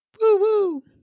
Woo-woo